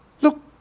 look